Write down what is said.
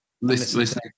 Listen